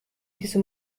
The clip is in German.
diese